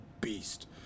beast